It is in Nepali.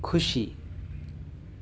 खुसी